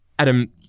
Adam